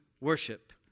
worship